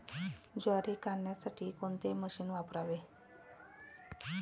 ज्वारी काढण्यासाठी कोणते मशीन वापरावे?